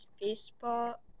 baseball